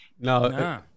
No